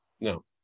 No